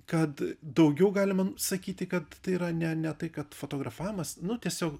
kad daugiau galima sakyti kad tai yra ne ne tai kad fotografavimas nu tiesiog